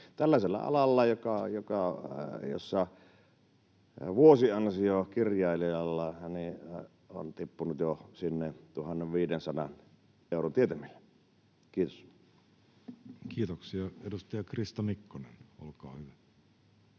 tällaisella alalla, jolla vuosiansio kirjailijalla on tippunut jo sinne 1 500 euron tietämille. — Kiitos. Kiitoksia. — Edustaja Krista Mikkonen, olkaa hyvä.